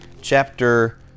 chapter